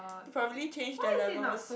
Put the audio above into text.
probably changed the levels